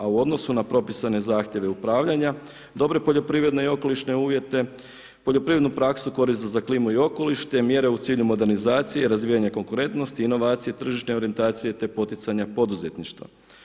A u odnosu na propisane zahtjeve upravljanja, dobre poljoprivredne i okolišne uvjete, poljoprivredne praksu korisne za klimu i okoliš te mjere u cilju modernizacije, razvijanje konkurentnosti, inovacije, tržišne orijentacije te poticanje poduzetništva.